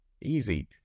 easy